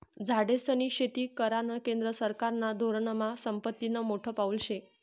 झाडेस्नी शेती करानं केंद्र सरकारना धोरनमा संपत्तीनं मोठं पाऊल शे